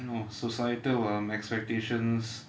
you know societal um expectations